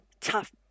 tough